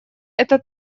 это